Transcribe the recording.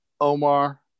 Omar